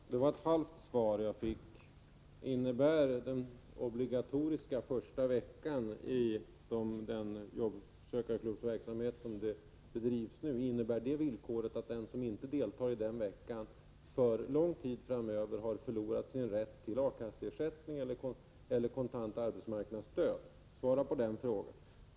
Fru talman! Det var ett halvt svar som jag fick. Innebär villkoret om den obligatoriska första veckan i jobbsökarverksamheten, som den nu bedrivs, att den som inte deltar i arbetet den veckan för lång tid framöver förlorat sin rätt till A-kasseersättning eller kontant arbetsmarknadsstöd? Svara på den frågan!